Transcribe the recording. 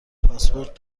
پاسپورت